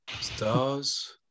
Stars